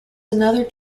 another